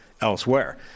elsewhere